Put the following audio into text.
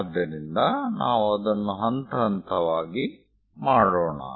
ಆದ್ದರಿಂದ ನಾವು ಅದನ್ನು ಹಂತ ಹಂತವಾಗಿ ಮಾಡೋಣ